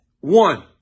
one